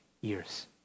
years